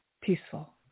peaceful